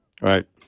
right